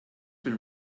been